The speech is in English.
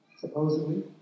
supposedly